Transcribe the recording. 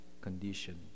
condition